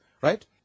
Right